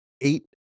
eight